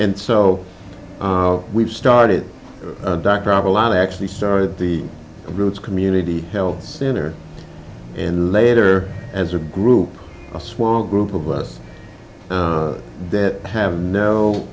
and so we've started dr avalon actually started the roots community health center and later as a group a small group of us that have no